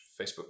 facebook